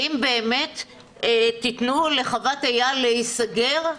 האם באמת תיתנו לחוות אייל להיסגר?